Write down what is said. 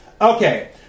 Okay